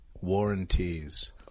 warranties